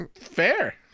Fair